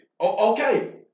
okay